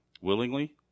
Willingly